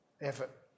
effort